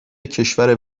کشور